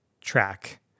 track